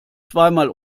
zweimal